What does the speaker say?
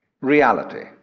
reality